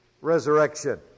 resurrection